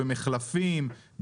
במחלפים,